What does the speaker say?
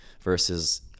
versus